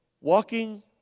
walking